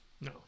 No